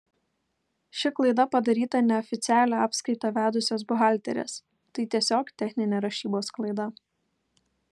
ši klaida padaryta neoficialią apskaitą vedusios buhalterės tai tiesiog techninė rašybos klaida